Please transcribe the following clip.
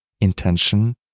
intention